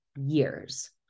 years